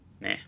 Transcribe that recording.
Nah